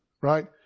right